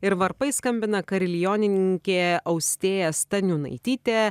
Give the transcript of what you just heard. ir varpais skambina karilionininkė austėja staniunaitytė